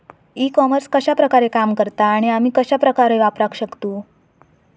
E commerce कश्या प्रकारे काम करता आणि आमी कश्या प्रकारे वापराक शकतू?